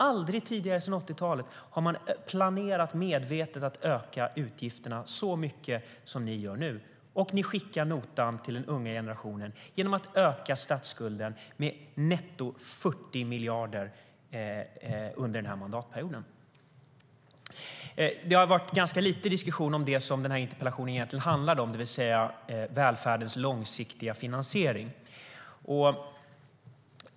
Aldrig tidigare sedan 80-talet har man medvetet planerat att öka utgifterna så mycket som ni gör nu. Och ni skickar notan till den unga generationen genom att öka statsskulden med netto 40 miljarder under den här mandatperioden. Det har varit ganska lite diskussion om det som den här interpellationen egentligen handlar om, det vill säga välfärdens långsiktiga finansiering.